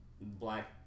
black